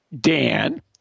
Dan